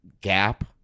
Gap